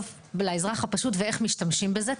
לאזרח הפשוט ואיך משתמשים בזה?